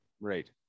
Right